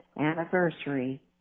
anniversary